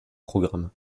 programmes